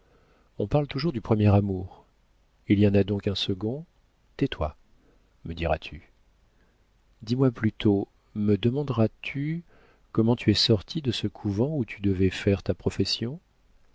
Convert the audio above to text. on parle toujours du premier amour il y en a donc un second tais-toi me diras-tu dis-moi plutôt me demanderas tu comment tu es sortie de ce couvent où tu devais faire ta profession